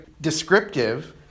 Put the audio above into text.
descriptive